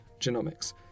genomics